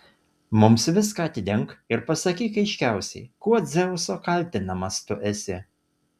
mums viską atidenk ir pasakyk aiškiausiai kuo dzeuso kaltinamas tu esi